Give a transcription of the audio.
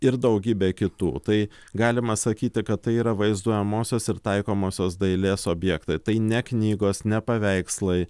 ir daugybė kitų tai galima sakyti kad tai yra vaizduojamosios ir taikomosios dailės objektai tai ne knygos ne paveikslai